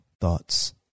thoughts